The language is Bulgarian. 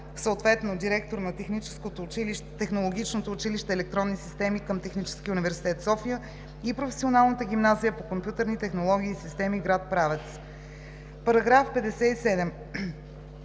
съответно директор на Технологичното училище „Електронни системи“ към Техническия университет – София, и Професионалната гимназия по компютърни технологии и системи – гр. Правец.“